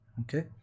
Okay